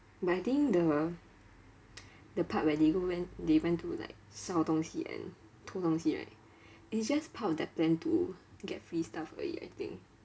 but I think the the part where they go went they went to like 烧东西 and 偷东西 right it's just part of their plan to get free stuff only I think